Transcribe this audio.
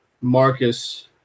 Marcus